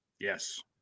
Yes